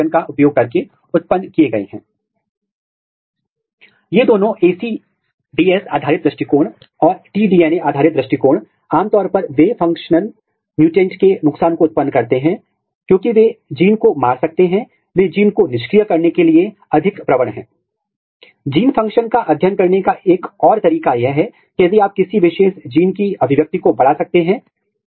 तो मूल रूप से आप जीनोम में एक रिपोर्टर को यादृच्छिक रूप से एकीकृत कर रहे हैं और ट्रांसजेनिक लाइन की पहचान करने की कोशिश कर रहे हैं जहां आपके रिपोर्टर को एक प्रमोटर के बहाव में एकीकृत किया गया है जो एक विशेष ऊतक में सक्रिय है